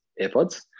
airpods